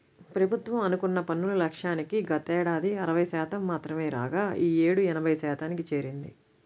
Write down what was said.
ప్రభుత్వం అనుకున్న పన్నుల లక్ష్యానికి గతేడాది అరవై శాతం మాత్రమే రాగా ఈ యేడు ఎనభై శాతానికి చేరింది